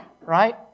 right